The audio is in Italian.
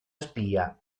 spia